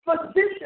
position